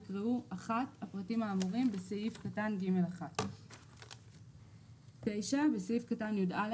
יקראו: "(1) הפרטים האמורים בסעיף קטן (ג)(1);"; בסעיף קטן (יא),